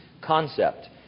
concept